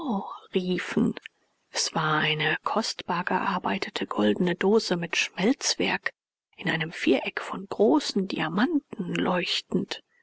riefen es war eine kostbar gearbeitete goldene dose mit schmelzwerk in einem viereck von großen diamanten leuchtend